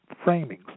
framings